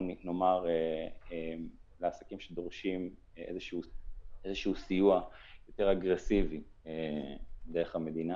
או לעסקים שדורשים איזה סיוע יותר אגרסיבי דרך המדינה.